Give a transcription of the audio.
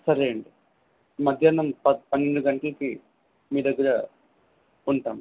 సరే అండి మధ్యాహ్నం ప పన్నెండు గంటలకి మీ దగ్గర ఉంటాము